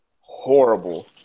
horrible